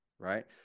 right